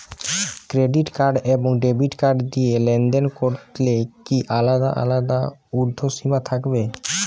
Credit card এবং debit card দিয়ে লেনদেন করলে কি আলাদা আলাদা ঊর্ধ্বসীমা থাকবে?